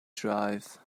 drive